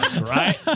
right